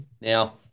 Now